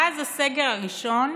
מאז הסגר הראשון